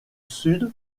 sud